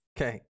Okay